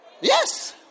Yes